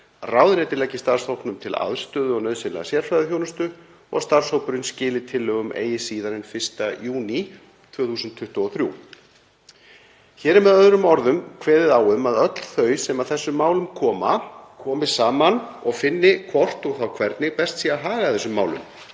Ráðuneyti leggi starfshópnum til aðstöðu og nauðsynlega sérfræðiþjónustu. Starfshópurinn skili tillögum eigi síðar en 1. júní 2023.“ Hér er með öðrum orðum kveðið á um að öll þau sem að þessum málum koma komi saman og finni hvort og þá hvernig best sé að haga þessum málum,